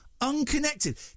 unconnected